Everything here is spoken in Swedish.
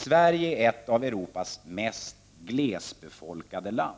Sverige är ett av Europas mest glesbefolkade länder,